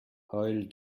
heul